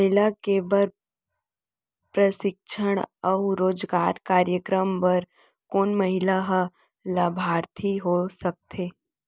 महिला के बर प्रशिक्षण अऊ रोजगार कार्यक्रम बर कोन महिला ह लाभार्थी हो सकथे?